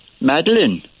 Madeline